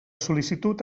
sol·licitud